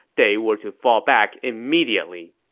they were to fall back immediately.